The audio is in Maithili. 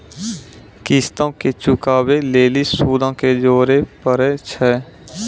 किश्तो के चुकाबै लेली सूदो के जोड़े परै छै